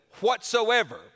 whatsoever